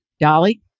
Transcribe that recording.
Dolly